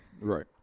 Right